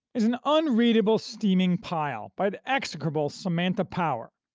is an unreadable steaming pile by the execrable samantha power,